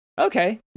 Okay